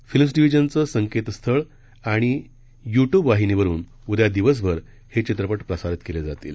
films डिव्हिजनचं संकेतस्थळ आणि आणि यूट्यूब वाहिनीवरून उद्या दिवसभर हे चित्रपट प्रसारित केले जातील